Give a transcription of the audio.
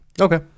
Okay